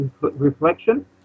reflection